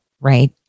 Right